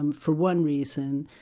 um for one reason,